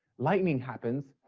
lightning happens,